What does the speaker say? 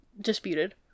disputed